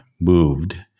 moved